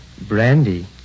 Brandy